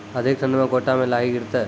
अधिक ठंड मे गोटा मे लाही गिरते?